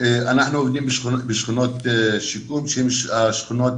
בעיקרון אנחנו עובדים בשכונות שיקום שהן השכונות